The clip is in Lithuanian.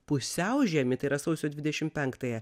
pusiaužiemį tai yra sausio dvidešim penktąją